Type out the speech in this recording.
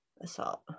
Assault